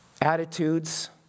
attitudes